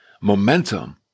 Momentum